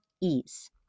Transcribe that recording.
ease